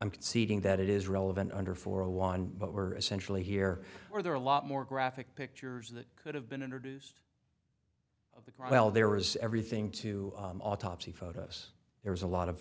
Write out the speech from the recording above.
i'm conceding that it is relevant under for a one but were essentially here or there are a lot more graphic pictures that could have been introduced of the well there was everything to autopsy photos there was a lot of